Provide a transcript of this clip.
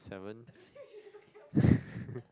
uh seven